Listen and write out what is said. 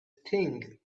thing